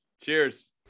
Cheers